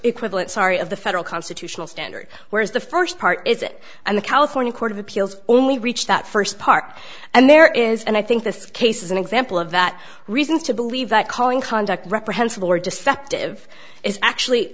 equivalent sorry of the federal constitutional standard whereas the first part is it and the california court of appeals only reached that first part and there is and i think this case is an example of that reasons to believe that calling conduct reprehensible or deceptive is actually